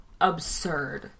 absurd